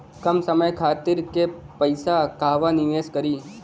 कम समय खातिर के पैसा कहवा निवेश करि?